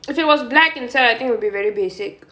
if it was black inside I think it will be very basic